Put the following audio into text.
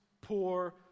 poor